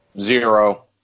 Zero